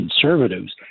Conservatives